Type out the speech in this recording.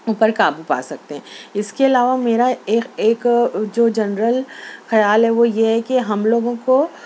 اوپر قابو پا سکتے ہیں اس کے علاوہ میرا ایک ایک جو جنرل خیال ہے وہ یہ ہے کہ ہم لوگوں کو